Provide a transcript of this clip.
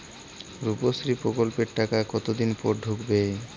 রুপশ্রী প্রকল্পের টাকা কতদিন পর ঢুকবে?